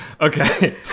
Okay